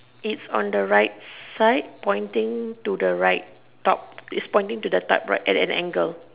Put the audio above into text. it's on the right side pointing to the right top it's pointing to the type right at an angle